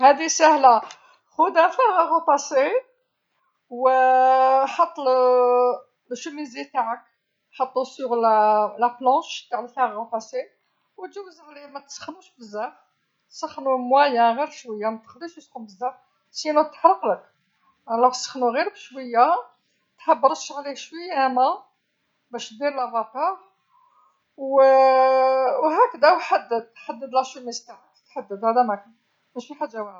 هاذي ساهلة، خذ المكواة، و حط القميص تاعك، حطو على على طاولة المكواة، وتجوز عليه، ماتسخنوش بزاف، سخنو متوسط غي شويه ماتخليهش يسخن بزاف وإلا تحرقلك، إذن سخنو غير بشويه، تحب رش عليه شويه ما باش دير البخار، و وهكذا وحدد، حدد القميص تاعك تحدد، هذا ماكان مشي حاجه واعره.